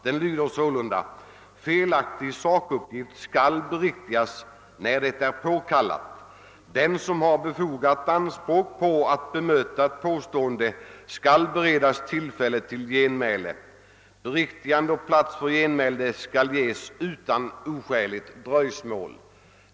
Den lyder sålunda: "Felaktig sakuppgift skall beriktigas, när det är påkallat. Den som har befogat anspråk att bemöta ett påstående skall beredas tillfälle till genmäle. Beriktigande och plats för genmäle skall ges utan oskäligt dröjsmål?